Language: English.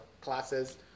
classes